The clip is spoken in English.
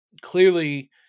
clearly